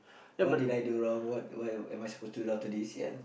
what did I do wrong what what am I supposed to do after this ya